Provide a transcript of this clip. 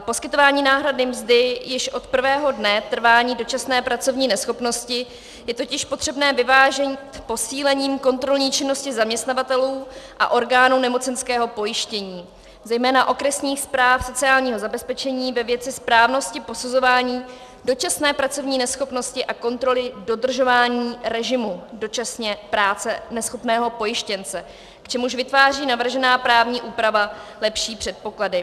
Poskytování náhrady mzdy již od prvého dne trvání dočasné pracovní neschopnosti je totiž potřebné vyvážit posílením kontrolní činnosti zaměstnavatelů a orgánů nemocenského pojištění, zejména okresních správ sociálního zabezpečení, ve věci správnosti posuzování dočasné pracovní neschopnosti a kontroly dodržování režimu dočasně práce neschopného pojištěnce, k čemuž vytváří navržená právní úprava lepší předpoklady.